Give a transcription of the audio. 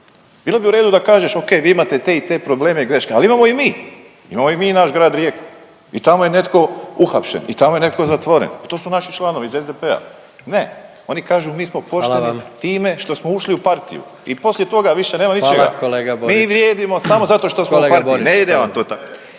bilo bi u redu da kažeš ok vi imate te i te probleme i greške, ali imamo i mi, imamo i mi i naš grad Rijeka i tamo je netko uhapšen i tamo je netko zatvoren, pa to su naši članovi iz SDP-a. Ne, oni kažu mi smo pošteni time … …/Upadica predsjednik: Hvala vam./… … što smo ušli u partiju i poslije toga